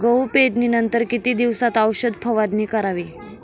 गहू पेरणीनंतर किती दिवसात औषध फवारणी करावी?